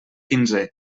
quinzè